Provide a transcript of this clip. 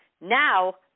Now